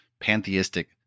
pantheistic